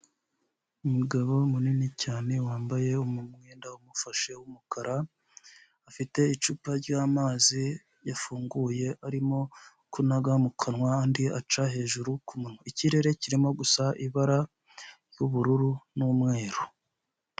Umugabo munini cyane wambaye umwenda umufashe w'umukara, afite icupa ry'amazi yafunguye arimo kunaga mu kanwa andi aca hejuru ku munwa, ikirere kirimo gusa ibara ry'ubururu n'umweru.